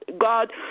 God